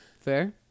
Fair